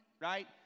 right